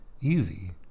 Easy